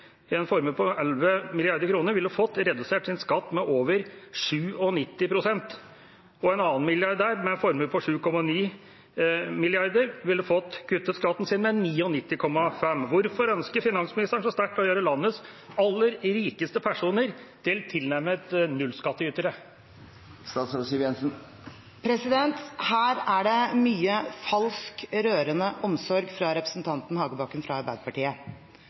over 97 pst. En milliardær med formue på 7,9 mrd. kr ville fått kuttet skatten sin med 99,5 pst. Hvorfor ønsker finansministeren så sterkt å gjøre landets aller rikeste personer til tilnærmet nullskattytere? Her er det mye falsk rørende omsorg fra representanten Hagebakken fra Arbeiderpartiet.